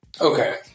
Okay